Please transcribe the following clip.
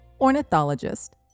ornithologist